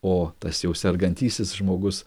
o tas jau sergantysis žmogus